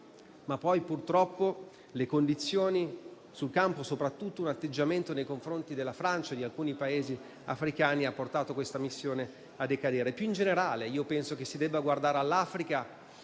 ma poi, purtroppo, le condizioni sul campo e soprattutto un atteggiamento nei confronti della Francia di alcuni Paesi africani hanno portato questa missione a decadere. Più in generale, penso che si debba guardare all'Africa